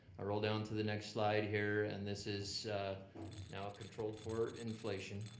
i roll down to the next slide here and this is now controlled for inflation.